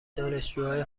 دانشجوهای